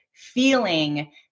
Feeling